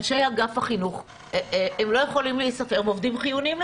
אנשי אגף החינוך לא יכולים להיספר בעובדים חיוניים,